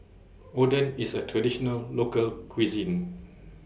Oden IS A Traditional Local Cuisine